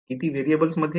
किती व्हेरिएबल्स मध्ये